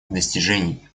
достижений